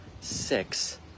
six